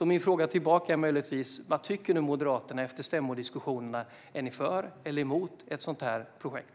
Min fråga tillbaka är: Vad tycker Moderaterna efter stämmodiskussionerna? Är ni för eller emot ett sådant här projekt?